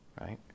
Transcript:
right